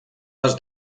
les